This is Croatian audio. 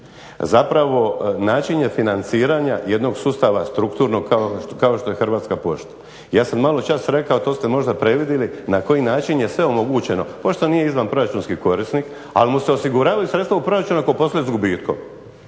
Zapravo način je financiranja jednog sustava strukturnog kao što je Hrvatska pošta. I ja sam malo čas rekao to ste možda previdjeli na koji način je sve omogućeno. Pošta nije izvanproračunski korisnik, ali mu se osiguravaju sredstva u proračunu ako posluje s gubitkom